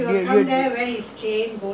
don't bluff lah don't